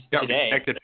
today